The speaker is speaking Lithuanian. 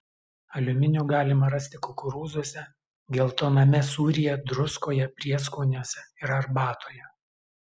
aliuminio galima rasti kukurūzuose geltoname sūryje druskoje prieskoniuose ir arbatoje